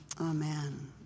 Amen